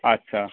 আচ্ছা